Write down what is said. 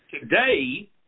Today